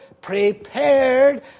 prepared